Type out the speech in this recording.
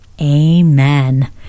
Amen